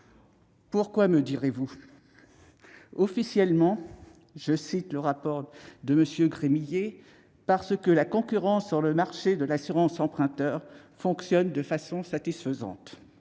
Pourquoi ? Officiellement, selon le rapport de M. Gremillet, parce que « la concurrence sur le marché de l'assurance emprunteur fonctionne de façon satisfaisante ».